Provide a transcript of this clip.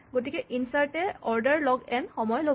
গতিকে ইনচাৰ্ট এ অৰ্ডাৰ লগ এন সময় ল'ব